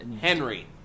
Henry